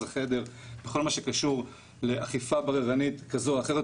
החדר בכל מה שקשור לאכיפה בררנית כזו או אחרת,